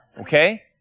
okay